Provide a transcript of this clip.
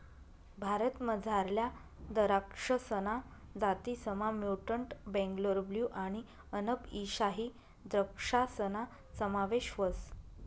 भारतमझारल्या दराक्षसना जातीसमा म्युटंट बेंगलोर ब्लू आणि अनब ई शाही द्रक्षासना समावेश व्हस